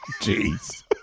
Jeez